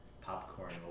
popcorn